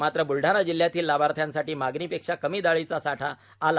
मात्र ब्लडाणा जिल्ह्यातील लाभार्थ्यांसाठी मागणीपेक्षा कमी दाळीचा साठा आला